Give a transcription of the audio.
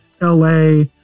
la